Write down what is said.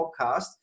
podcast